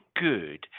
good